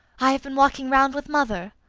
i have been walking round with mother.